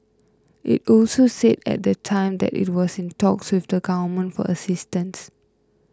it also said at the time that it was in talks with the Government for assistance